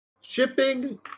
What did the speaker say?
Shipping